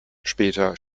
später